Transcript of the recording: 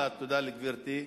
תודה לגברתי.